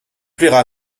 plaira